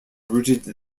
rooted